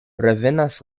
revenas